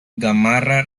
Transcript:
gamarra